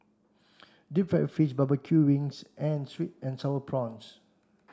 deep fried fish barbecue wings and sweet and sour prawns